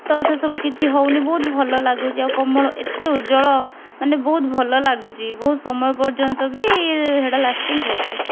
ତ ସେସବୁ କିଛି ହେଉନି ବହୁତ ଭଲ ଲାଗୁଛି ଆଉ କୋମଳ ଏତେ ଉଜ୍ଜ୍ଵଳ ମାନେ ବହୁତ ଭଲ ଲାଗୁଛି ବହୁତ ସମୟ ପର୍ଯ୍ୟନ୍ତ ବି ସେଇଟା ଲାଷ୍ଟିଂ କରୁଛି